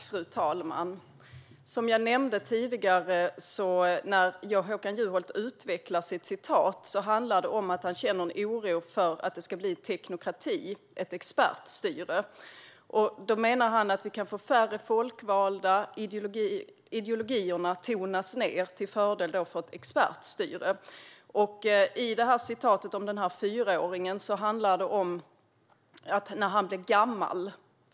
Fru talman! När Håkan Juholt utvecklar sitt citat handlar det, som jag nämnde tidigare, om att han känner en oro för att det ska bli teknokrati, ett expertstyre. Han menar att vi kan få färre folkvalda och att ideologierna tonas ned till fördel för ett expertstyre. I citatet om fyraåringen handlar det om att denna risk finns när han blir gammal.